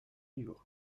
niveaux